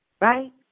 right